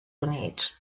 units